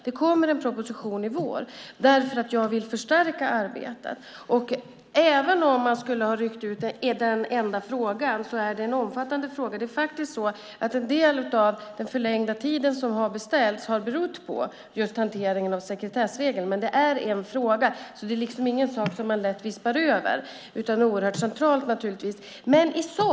Det kommer en proposition i vår därför att jag vill förstärka arbetet. Även om man skulle ha ryckt ut denna enda fråga är det en omfattande fråga. Det är faktiskt så att en del av den förlängda tid som har beställts har berott på just hanteringen av sekretessregeln. Men det är en fråga. Det är därför ingen sak som man lätt vispar över, utan det är naturligtvis oerhört centralt.